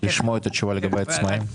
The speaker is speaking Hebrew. לשמוע את התשובה לגבי העצמאים?